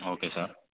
okay sir